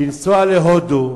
לנסוע להודו,